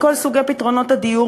מכל סוגי פתרונות הדיור.